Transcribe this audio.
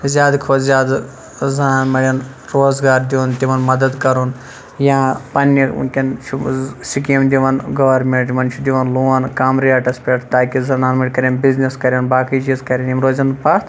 زیاد کھۄتہ زیاد زَنان مَنٛڈٮ۪ن روزگار دیُن تِمَن مَدَد کَرُن یا پَننہِ وٕنکٮ۪ن سِکیٖم دِوان گارمٮ۪نٹ یِمَن چھُ دِوان لون کَم ریٹَس پیٹھ تاکہِ زَنان منڈۍ کَرن بِزنِس کَرَن باقی چیٖزکَرَن تِم روزَن پَتھ